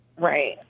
Right